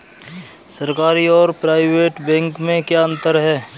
सरकारी और private bank में क्या अंतर है?